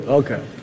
okay